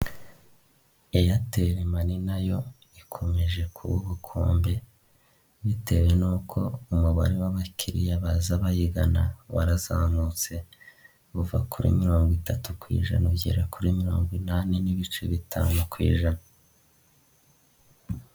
Airtel money na yo ,ikomejeje kuba ubukombe, bitewe n'uko umubare w'abakiriya baza bayigana warazamutse, uva kuri mirongo itatu ku ijana ugera kuri mirongo inani n'ibice bitanu ku ijana.